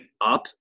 up